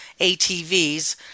atvs